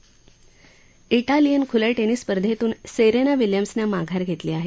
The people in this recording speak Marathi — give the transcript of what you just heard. व्रालियन खुल्या टेनिस स्पर्धेतून सेरेना विल्यम्सनं माघार घेतली आहे